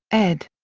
ed.